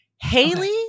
Haley